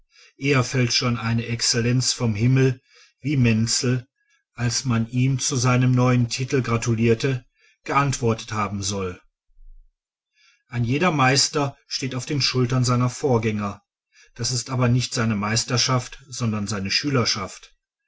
eher fällt schon eine exzellenz vom himmel wie menzel als man ihm zu seinem neuen titel gratulierte geantwortet haben soll ein jeder meister steht auf den schultern seiner vorgänger das ist aber nicht seine meisterschaft sondern seine schülerschaft